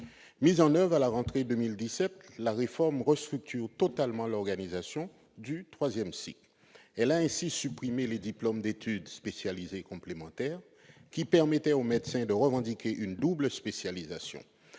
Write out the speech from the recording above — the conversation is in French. Mise en oeuvre à la rentrée 2017, la réforme restructure totalement l'organisation du troisième cycle. Elle a ainsi supprimé les DESC qui permettaient aux médecins de revendiquer une double spécialisation,